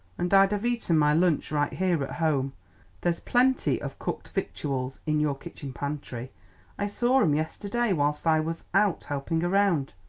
and i'd have eaten my lunch right here at home there's plenty of cooked victuals in your kitchen pantry i saw em yesterday whilst i was out helping around.